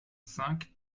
cinq